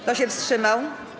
Kto się wstrzymał?